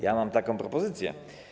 Ja mam taką propozycję.